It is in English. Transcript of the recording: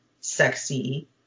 sexy